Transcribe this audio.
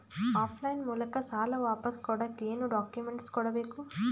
Of line ಮೂಲಕ ಸಾಲ ವಾಪಸ್ ಕೊಡಕ್ ಏನು ಡಾಕ್ಯೂಮೆಂಟ್ಸ್ ಕೊಡಬೇಕು?